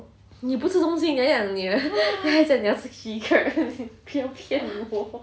你不吃东西你还讲你你还讲你要吃 chili crab 不要骗我